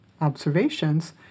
observations